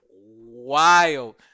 wild